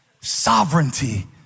Sovereignty